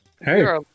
hey